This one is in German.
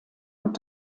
und